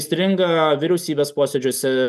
stringa vyriausybės posėdžiuose